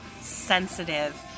sensitive